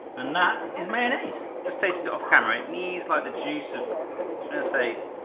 and that is mayonnaise. just tasted it off camera, it needs like the juice of, i'm gonna say,